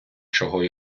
чого